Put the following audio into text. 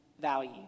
value